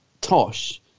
tosh